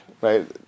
right